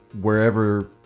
wherever